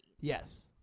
yes